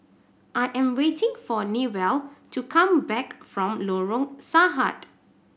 I am waiting for Newell to come back from Lorong Sahad